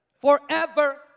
forever